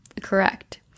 Correct